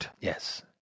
Yes